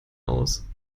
aus